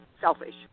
selfish